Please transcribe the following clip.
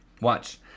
Watch